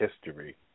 history